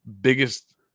biggest